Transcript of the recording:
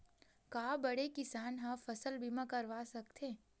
का बड़े किसान ह फसल बीमा करवा सकथे?